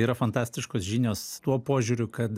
yra fantastiškos žinios tuo požiūriu kad